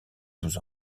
douze